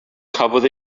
cafodd